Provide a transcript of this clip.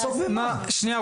לעסוק במה?